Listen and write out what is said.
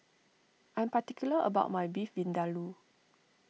I'm particular about my Beef Vindaloo